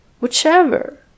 whichever